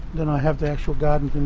then i have the actual garden